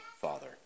Father